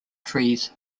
trees